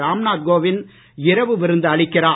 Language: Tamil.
ராம்நாத் கோவிந்த் இரவு விருந்து அளிக்கிறார்